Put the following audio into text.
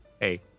hey